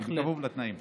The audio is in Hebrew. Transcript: בכפוף לתנאים שהצגתי.